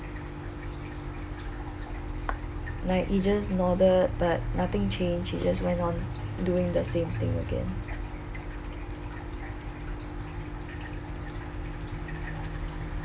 like he just nodded but nothing changed he just went on doing the same thing again